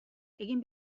egin